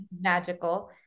magical